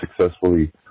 successfully